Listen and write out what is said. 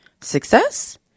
success